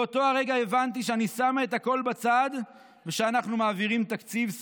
באותו הרגע הבנתי שאני שמה את הכול בצד ושאנחנו מעבירים תקציב".